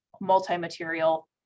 multi-material